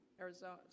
Arizona